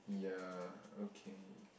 yeah okay